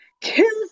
kills